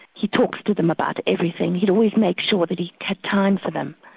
he talks to them about everything, he'd always make sure that he had time for them.